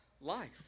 life